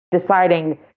deciding